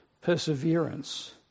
perseverance